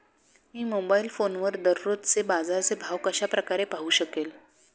मी mobile फोनवर दररोजचे बाजाराचे भाव कशा प्रकारे पाहू शकेल?